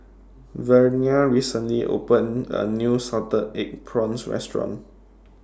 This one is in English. Vernia recently opened A New Salted Egg Prawns Restaurant